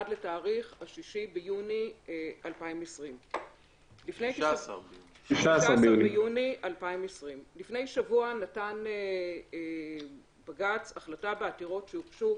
עד לתאריך 16 ביוני 2020. לפני שבוע נתן בג"צ החלטה בעתירות שהוגשו